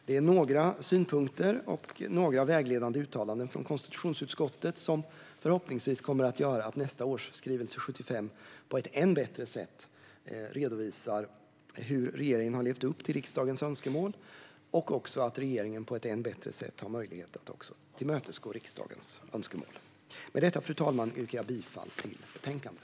Det är några synpunkter och vägledande uttalanden från konstitutionsutskottet som förhoppningsvis kommer att leda till att nästa års skrivelse 75 på ett än bättre sätt redovisar hur regeringen har levt upp till riksdagens önskemål och också att regeringen har möjlighet att på ett än bättre sätt tillmötesgå riksdagens önskemål. Fru talman! Med detta yrkar jag bifall till förslaget i betänkandet.